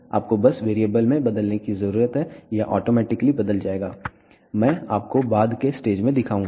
आपको बस वेरिएबल में बदलने की जरूरत है यह ऑटोमेटिकली बदल जाएगा मैं आपको बाद के स्टेज में दिखाऊंगा